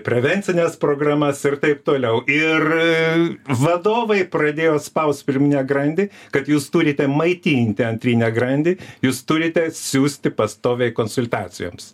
prevencines programas ir taip toliau ir vadovai pradėjo spaust pirminę grandį kad jūs turite maitinti antrinę grandį jūs turite siųsti pastoviai konsultacijoms